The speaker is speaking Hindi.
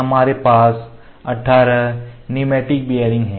हमारे पास 18 वायवीय बीयरिंग हैं